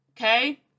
Okay